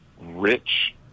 rich